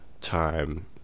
Time